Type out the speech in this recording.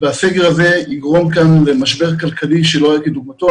הסגר הזה יגרום כאן למשבר כלכלי שלא היה כדוגמתו.